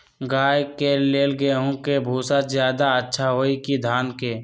गाय के ले गेंहू के भूसा ज्यादा अच्छा होई की धान के?